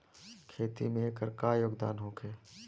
खेती में एकर का योगदान होखे?